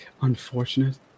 Unfortunate